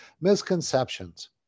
Misconceptions